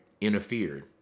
interfered